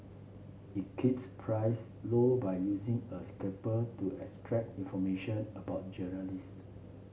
it keeps price low by using a scraper to extract information about journalist